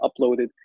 uploaded